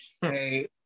Hey